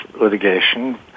litigation